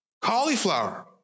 cauliflower